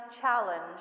challenge